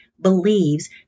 believes